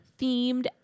themed